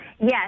Yes